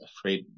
afraid